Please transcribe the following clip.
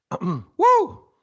Woo